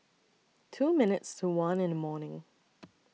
two minutes to one in The morning